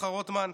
שמחה רוטמן,